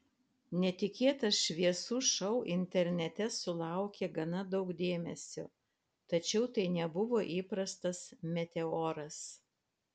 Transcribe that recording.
netikėtas šviesų šou internete sulaukė gana daug dėmesio tačiau tai nebuvo įprastas meteoras